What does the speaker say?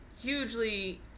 hugely